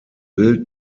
built